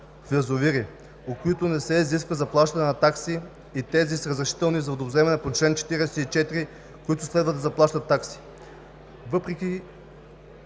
в язовири, от които не се изисква заплащане на такси, и тези с разрешителни за водовземане по чл. 44, които следва да заплащат такси, въпреки